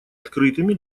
открытыми